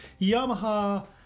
Yamaha